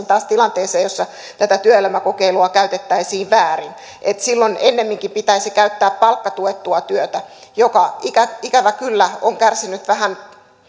taas tilanteeseen jossa tätä työelämäkokeilua käytettäisiin väärin silloin ennemminkin pitäisi käyttää palkkatuettua työtä joka ikävä ikävä kyllä on kärsinyt vähän